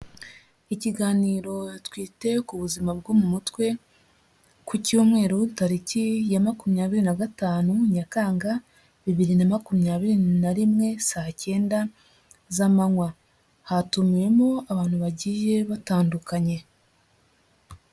Ikiganiro twite ku buzima bwo mu mutwe ku cyumweru tariki ya makumyabiri na gatanu Nyakanga bibiri na makumyabiri nari rimwe saa cyenda z'amanywa, hatumiwemo abantu bagiye batandukanye.